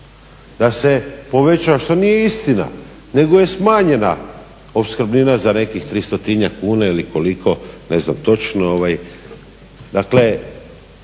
da se povećao, što nije istina, nego je smanjena opskrbnina za nekih 300-tinjak kuna ili koliko, ne znam točno. Dakle,